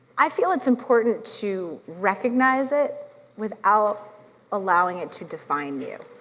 i feel it's important to recognize it without allowing it to define you.